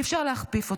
אי-אפשר להכפיף אותם.